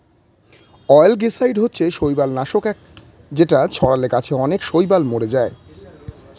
অয়েলগেসাইড হচ্ছে শৈবাল নাশক যেটা ছড়ালে গাছে অনেক শৈবাল মোরে যায়